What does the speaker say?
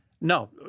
No